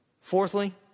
Fourthly